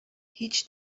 هیچ